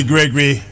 Gregory